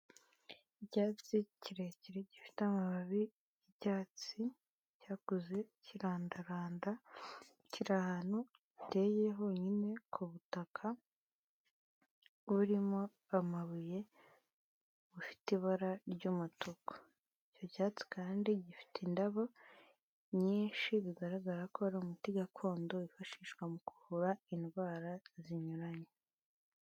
Icyatsi kirekire gifite amababi y'icyatsi cyakuze kirandaranda, kiri ahantu hateye honyine ku butaka burimo amabuye bufite ibara ry'umutuku. Icyo cyatsi kandi gifite indabo nyinshi bigaragara ko ari umuti gakondo wifashishwa mu kuvura indwara zinyuranye.